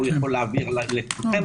הוא יכול להעביר לכם,